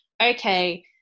okay